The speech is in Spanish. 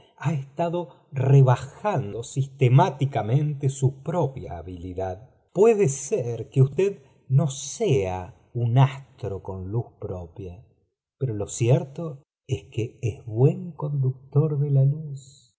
ha estado rebajando sistemáticamente su propia habilidad puede ser que usted no sea un astro con luz propia pero lo cierto es que es buen conductor de la luz